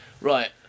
right